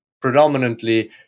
predominantly